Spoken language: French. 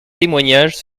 témoignages